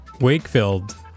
Wakefield